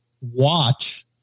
watch